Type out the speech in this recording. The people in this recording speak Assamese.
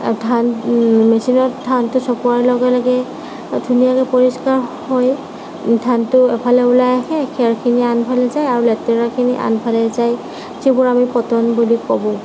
ধান মেচিনত ধানটো চপোৱাৰ লগে লগে ধুনীয়াকৈ পৰিস্কাৰ হৈ ধানটো এফালে ওলায় আহে খেৰখিনি আনফালে যায় আৰু লেতেৰাখিনি আনফালে যায় যিবোৰ আমি পতান বুলি কওঁ